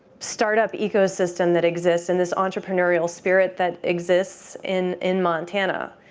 startup ecosystem that exists and this entrepreneurial spirit that exists in in montana.